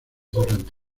durante